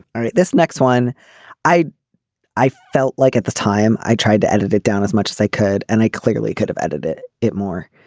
right this next one i i felt like at the time i tried to edit it down as much as i could and i clearly could have edited it more.